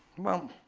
well,